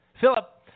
Philip